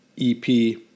EP